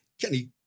Kenny